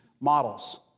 models